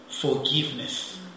forgiveness